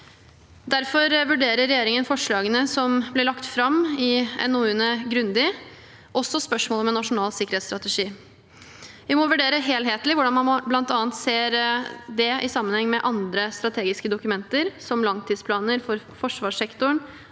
Derfor vurderer regjeringen forslagene som ble lagt fram i NOU-ene, grundig, også spørsmålet om en nasjonal sikkerhetsstrategi. Vi må vurdere helhetlig hvordan man bl.a. ser det i sammenheng med andre strategiske dokumenter, som langtidsplaner for forsvarssektoren